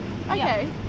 Okay